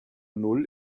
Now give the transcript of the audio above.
null